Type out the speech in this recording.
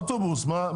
אוטובוס מה קורה,